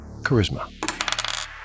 Charisma